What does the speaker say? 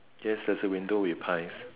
yes there's a window with pies